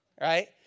Right